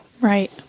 Right